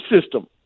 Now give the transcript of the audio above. system